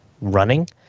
running